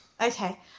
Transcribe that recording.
Okay